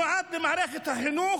הוא מיועד למערכת החינוך,